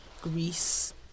Greece